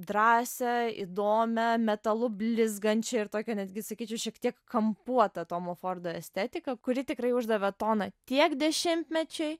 drąsią įdomią metalu blizgančią ir tokią netgi sakyčiau šiek tiek kampuotą tomo fordo estetiką kuri tikrai uždavė toną tiek dešimtmečiui